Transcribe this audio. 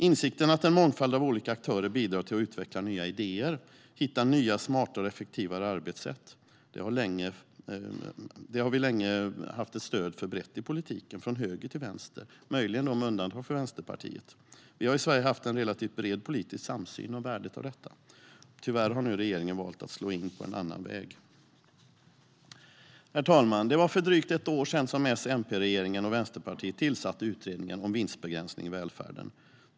Insikten om att en mångfald av olika aktörer bidrar till att utveckla nya idéer och hitta nya smartare och effektivare arbetssätt har vi länge haft ett brett stöd för i politiken, från höger till vänster, möjligen med undantag för Vänsterpartiet. Vi har i Sverige haft en relativt bred politisk samsyn om värdet av detta. Tyvärr har nu regeringen valt att slå in på en annan väg. Herr talman! Det var för drygt ett år sedan som S-MP-regeringen och Vänsterpartiet tillsatte utredningen om vinstbegränsning i välfärden.